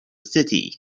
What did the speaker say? city